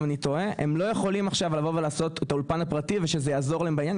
אם אני טועה עכשיו לעשות את האולפן הפרטי ושזה יעזור להם בעניין.